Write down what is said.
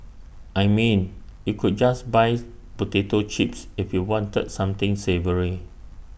I mean you could just buy potato chips if you wanted something savoury